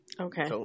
Okay